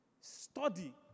study